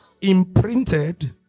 imprinted